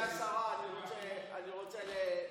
גברתי השרה, אני רוצה לשאול.